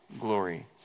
glory